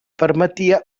permetia